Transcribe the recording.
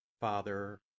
Father